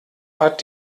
hat